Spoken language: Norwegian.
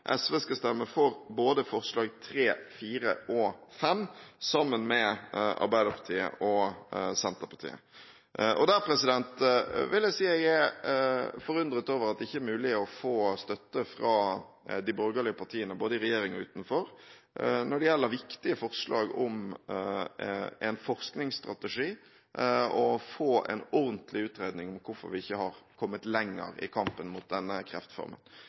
sammen med Arbeiderpartiet og Senterpartiet. Jeg vil si jeg er forundret over at det ikke er mulig å få støtte fra de borgerlige partiene, både i regjering og utenfor, når det gjelder viktige forslag om en forskningsstrategi og få en ordentlig utredning om hvorfor vi ikke har kommet lenger i kampen mot denne kreftformen.